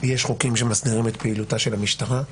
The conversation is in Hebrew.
יש חוקים שמסדירים את פעילותה של המשטרה,